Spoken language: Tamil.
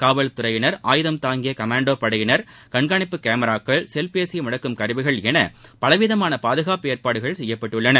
காவல்துறையினா் ஆயுதம் தாங்கிய கமாண்டோ படையினா் கண்காணிப்பு கேமராக்கள் செல்பேசியை முடக்கும் கருவிகள் என பலவிதமான பாதுகாப்பு ஏற்பாடுகள் செய்யப்பட்டுள்ளன